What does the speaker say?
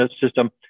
system